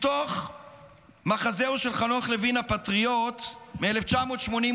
מתוך מחזהו של חנוך לוין, הפטריוט, מ-1982.